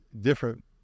Different